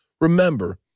remember